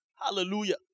Hallelujah